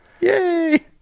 yay